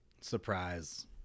Surprise